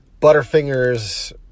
Butterfingers